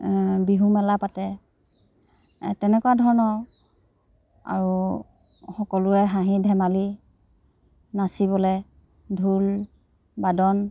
বিহুমেলা পাতে এ তেনেকুৱা ধৰণৰ আৰু সকলোৱে হাঁহি ধেমালি নাচিবলৈ ঢোলবাদন